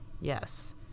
Yes